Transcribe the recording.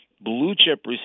blue-chip